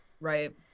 right